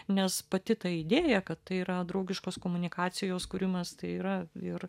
nes pati ta idėja kad tai yra draugiškos komunikacijos kūrimas tai yra ir